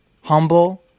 humble